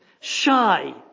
shy